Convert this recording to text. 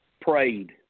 Prayed